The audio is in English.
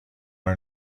our